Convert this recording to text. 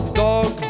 dog